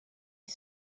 est